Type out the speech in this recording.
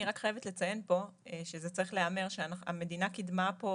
אני רק חייבת לציין פה שהמדינה קידמה פה,